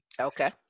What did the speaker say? Okay